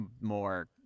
more